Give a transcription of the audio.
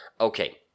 okay